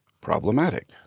problematic